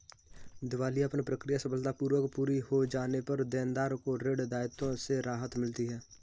दिवालियापन प्रक्रिया सफलतापूर्वक पूरी हो जाने पर देनदार को ऋण दायित्वों से राहत मिलती है